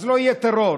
אז לא יהיה טרור.